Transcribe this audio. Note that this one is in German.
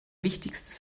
wichtigstes